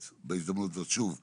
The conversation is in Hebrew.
ובהזדמנות הזאת שוב מודה.